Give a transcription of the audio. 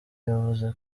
yavuze